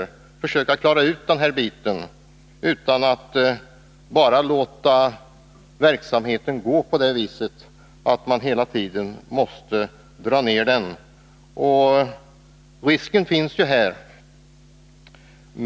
Vi måste försöka klara ut den delen av verksamheten och inte bara låta den fortsätta på ett sådant sätt att den hela tiden måste dras ner.